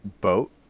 boat